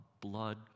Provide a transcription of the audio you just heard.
blood